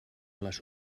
les